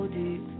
deep